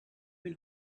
been